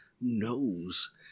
knows